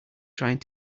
trying